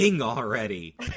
already